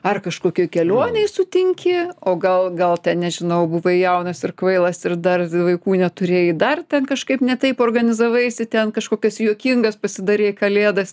ar kažkokioj kelionėj sutinki o gal gal ten nežinau buvai jaunas ir kvailas ir dar vaikų neturėjai dar ten kažkaip ne taip organizavaisi ten kažkokias juokingas pasidarei kalėdas